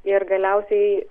ir galiausiai